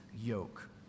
yoke